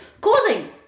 causing